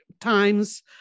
times